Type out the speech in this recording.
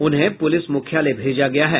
उन्हें पुलिस मुख्यालय भेजा गया है